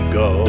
go